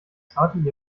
zartem